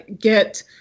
get